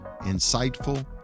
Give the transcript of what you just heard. insightful